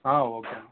okay